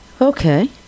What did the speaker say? okay